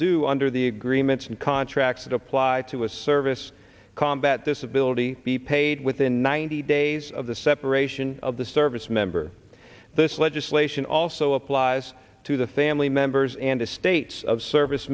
do under the agreements and contracts that apply to a service combat this ability be paid within ninety days of the separation of the service member this legislation also applies to the family members and estates of service